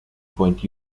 point